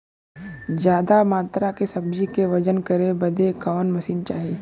ज्यादा मात्रा के सब्जी के वजन करे बदे कवन मशीन चाही?